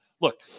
look